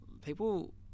People